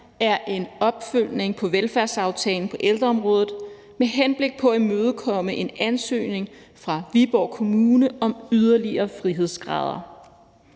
er en opfølgning på velfærdsaftalen på ældreområdet med henblik på at imødekomme en ansøgning fra Viborg Kommune om yderligere frihedsgrader.